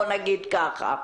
בוא נגיד ככה?